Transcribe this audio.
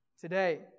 today